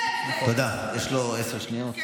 תודה, יש לו עשר שניות.